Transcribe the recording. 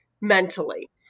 mentally